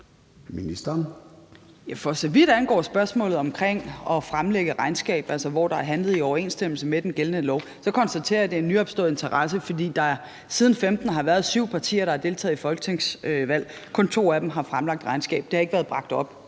For så vidt angår spørgsmålet om at fremlægge regnskab, altså hvor der er handlet i overensstemmelse med den gældende lov, konstaterer jeg, at det er en nyopstået interesse, fordi der siden 2015 har været syv partier, der har deltaget i folketingsvalg, og kun to af dem har fremlagt regnskab. Det har ikke været bragt op